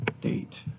date